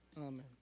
Amen